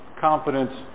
confidence